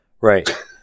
Right